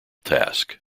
task